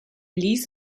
ließ